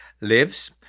lives